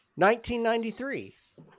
1993